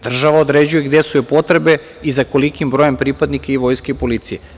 Država određuje gde su joj potrebi i za kolikim brojem pripadnika i Vojske i policije.